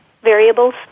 variables